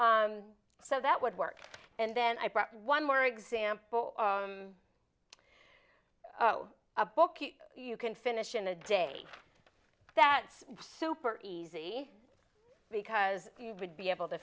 so that would work and then i brought one more example a book you can finish in a day that it's super easy because you would be able to